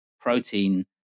protein